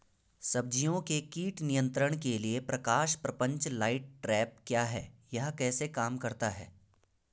सब्जियों के कीट नियंत्रण के लिए प्रकाश प्रपंच लाइट ट्रैप क्या है यह कैसे काम करता है?